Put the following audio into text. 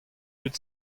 dud